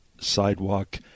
sidewalk